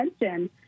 attention